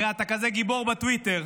הרי אתה כזה גיבור בטוויטר,